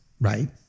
right